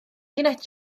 roedd